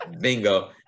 bingo